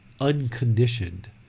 unconditioned